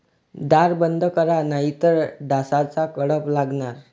दार बंद करा नाहीतर डासांचा कळप लागणार